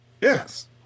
Yes